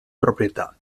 proprietà